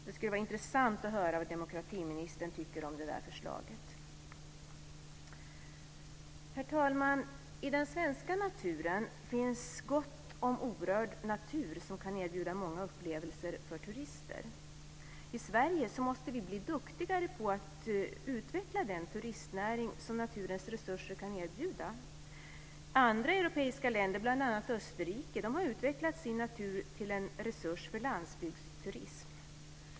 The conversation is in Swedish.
Det skulle vara intressant att höra vad demokratiministern tycker om det där förslaget. Herr talman! I den svenska naturen finns gott om orörd natur som kan erbjuda många upplevelser för turister. I Sverige måste vi bli duktigare på att utveckla den turistnäring som naturens resurser kan erbjuda. Andra europeiska länder, bl.a. Österrike, har utvecklat sin natur till en resurs för landsbygdsturism.